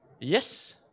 yes